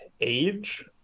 age